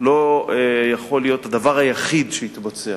לא יכול להיות הדבר היחיד שיתבצע,